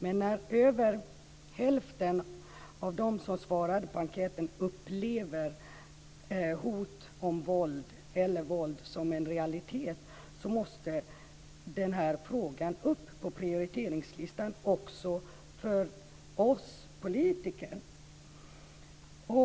Men när över hälften av dem som svarade på enkäten upplever hot om våld eller våld som en realitet måste den här frågan upp på prioriteringslistan också hos oss politiker.